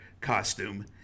costume